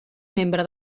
membre